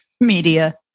media